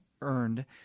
earned